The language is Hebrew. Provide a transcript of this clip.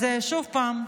אז שוב פעם,